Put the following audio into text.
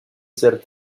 ser